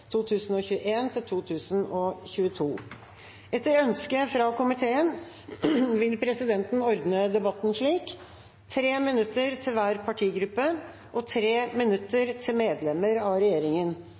om ordet til sak nr. 4. Etter ønske fra familie- og kulturkomiteen vil presidenten ordne debatten slik: 3 minutter til hver partigruppe og 3 minutter